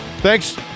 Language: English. Thanks